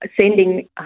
sending